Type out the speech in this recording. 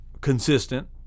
consistent